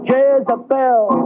Jezebel